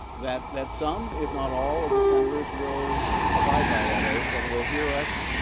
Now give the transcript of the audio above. that that some if not all the senators will abide by that oath and will hear us